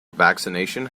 vaccination